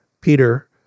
Peter